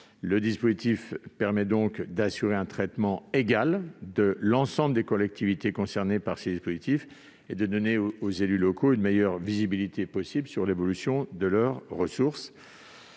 Le dispositif proposé permet donc d'assurer un traitement égal de l'ensemble des collectivités concernées par ces dispositifs et de donner aux élus locaux la meilleure visibilité possible sur l'évolution de leurs ressources.